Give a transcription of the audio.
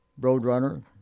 Roadrunner